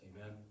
Amen